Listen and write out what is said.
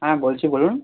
হ্যাঁ বলছি বলুন